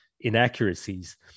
inaccuracies